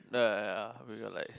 ya ya ya